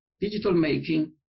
digital-making